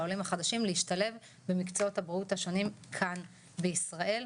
לעולים החדשים להשתלב במקצועות הבריאות השונים כאן בישראל.